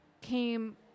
came